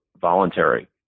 voluntary